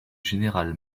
général